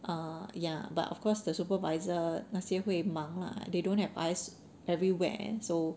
err ya but of course the supervisor 那些会忙 lah they don't have eyes everywhere so